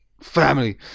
family